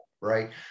right